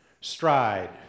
Stride